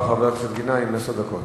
לרשותך, חבר הכנסת גנאים, עשר דקות.